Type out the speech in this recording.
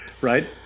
right